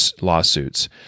lawsuits